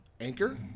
Anchor